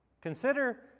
Consider